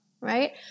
Right